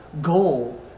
goal